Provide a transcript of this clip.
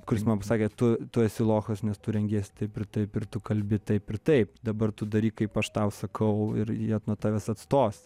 kuris man pasakė tu tu esi lochas nes tu rengiesi taip ir taip ir tu kalbi taip ir taip dabar tu daryk kaip aš tau sakau ir jie nuo tavęs atstos